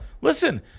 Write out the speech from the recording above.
Listen